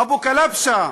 אבו קלבשה,